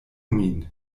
min